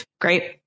Great